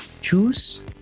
choose